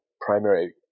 primary